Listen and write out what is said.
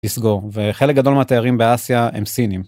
לסגור וחלק גדול מהתארים באסיה הם סינים.